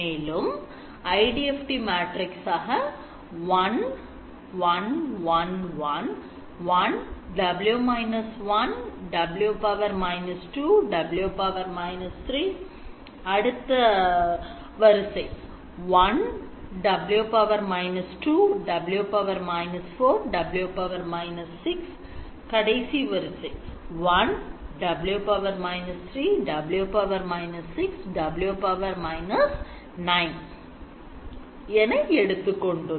மேலும் matrix ஆக 1 1 1 1 1 W −1 W −2W −3 1W −2W −4W −6 1W −3W −6W −9 எடுத்துக் கொண்டுள்ளோம்